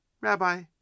Rabbi